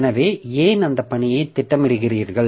எனவே ஏன் அந்த பணியை திட்டமிடுகிறீர்கள்